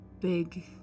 Big